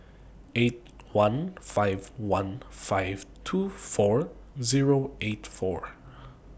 eight one five one five two four Zero eight four